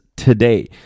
Today